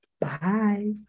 bye